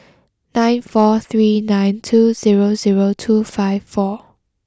nine four three nine two zero zero two five four